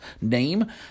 name